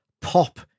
pop